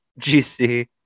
gc